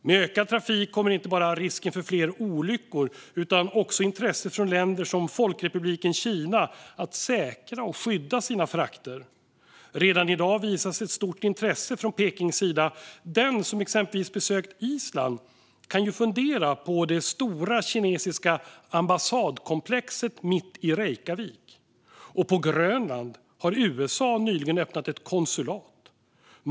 Med ökad trafik kommer inte bara risken för fler olyckor, utan länder som Folkrepubliken Kina får även ett intresse av att säkra och skydda sina frakter. Redan i dag visas ett stort intresse från Pekings sida - den som exempelvis besökt Island kan ju fundera på det stora kinesiska ambassadkomplexet mitt i Reykjavik. Och på Grönland har USA nyligen öppnat ett konsulat.